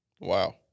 Wow